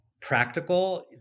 practical